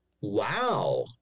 wow